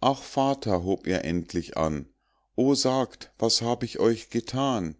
ach vater hob er endlich an o sagt was hab ich euch gethan